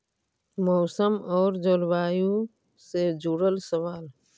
मौसम और जलवायु से जुड़ल सवाल?